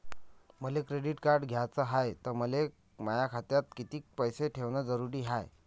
मले credit card घ्याचं हाय, त मले माया खात्यात कितीक पैसे ठेवणं जरुरीच हाय?